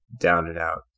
down-and-out